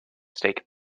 state